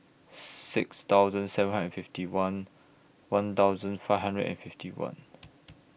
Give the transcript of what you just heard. six thousand seven hundred and fifty one one thousand five hundred and fifty one